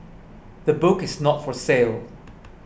the book is not for sale